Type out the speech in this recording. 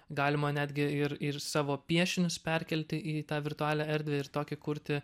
galima netgi ir ir savo piešinius perkelti į tą virtualią erdvę ir tokį kurti